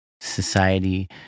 society